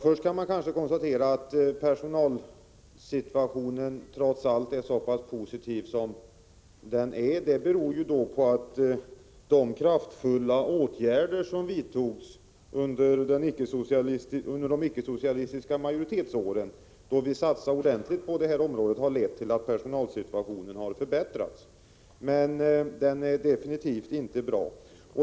Först kan man konstatera att skälet till att personalsituationen trots allt är så pass positiv är de kraftfulla åtgärder som vidtogs under de ickesocialistiska regeringsåren. Då gjordes ordentliga satsningar på detta område, och det ledde till att personalsituationen förbättrades. Men den är definitivt inte bra.